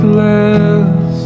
less